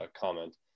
comment